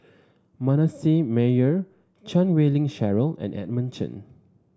Manasseh Meyer Chan Wei Ling Cheryl and Edmund Chen